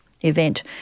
event